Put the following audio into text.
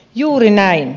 juuri näin